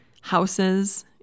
houses